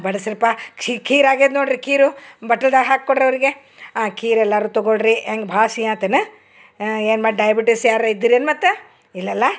ಬಡಸ್ರಿಪ್ಪಾ ಖೀರು ಆಗ್ಯಾದ ನೋಡ್ರಿ ಖೀರು ಬಟ್ಟಲ್ದಾಗ ಹಾಕಿ ಕೊಡ್ರಿ ಅವರಿಗೆ ಖೀರು ಎಲ್ಲಾರು ತಗೊಳ್ರಿ ಹೆಂಗೆ ಭಾಳ ಸಿ ಆತು ಏನು ಏನು ಮತ್ತು ಡಯಬಿಟಿಸ್ ಯಾರ್ರ ಇದ್ದಿರೇನು ಮತ್ತು ಇಲ್ಲಲ್ಲಾ